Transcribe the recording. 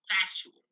factual